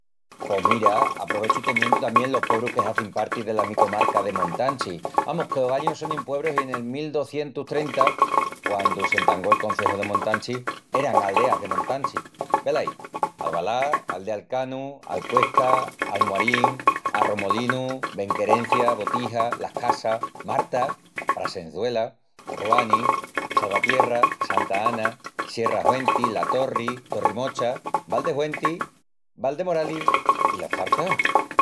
Pos mira, aprovechu i te mientu tamién los puebrus que hazin parti dela mi comarca de Montanchi, amus que ogañu sonin puebrus i nel mil docientus trenta, quandu s'entangó'l Conceju de Montanchi, eran aldeas de Montanchi. Velaí: Albalá, Aldealcanu, Alcuesca, Almuarín, Arromolinus, Benquerencia, Botija, Las Casas, Marta, Prasençuela, Ruanis, Salvatierra, Santa Ana, Sierra-Huentis, La Torri, Torrimocha, Valdehuentis, Valdemoralis i la Çarça.